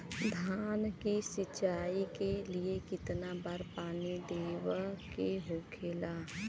धान की सिंचाई के लिए कितना बार पानी देवल के होखेला?